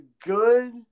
good